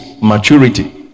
maturity